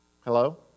Hello